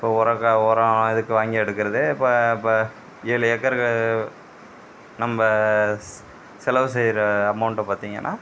உரம் உரம் இதுக்கு வாங்கி எடுக்கறது இப்போ இப்போ ஏழு ஏக்கர் நம்ப செலவு செய்கிற அமௌண்ட்டை பார்த்திங்கனா